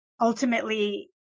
ultimately